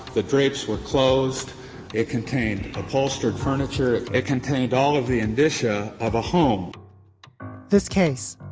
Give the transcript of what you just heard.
the drapes were closed it contained upholstered furniture. it contained all of the indicia of a home this case,